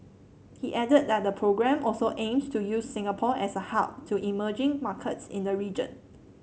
he added that the programme also aims to use Singapore as a hub to emerging markets in the region